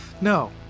No